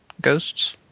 ghosts